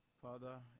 Father